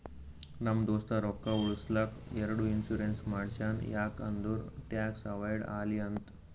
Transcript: ನಮ್ ದೋಸ್ತ ರೊಕ್ಕಾ ಉಳುಸ್ಲಕ್ ಎರಡು ಇನ್ಸೂರೆನ್ಸ್ ಮಾಡ್ಸ್ಯಾನ್ ಯಾಕ್ ಅಂದುರ್ ಟ್ಯಾಕ್ಸ್ ಅವೈಡ್ ಆಲಿ ಅಂತ್